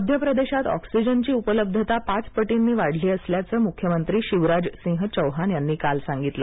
मध्य प्रदेशात ऑक्सिजनची उपलब्धता पाच पटींनी वाढली असल्याचं मुख्यमंत्री शिवराज सिंह चौहान यांनी काल सांगितलं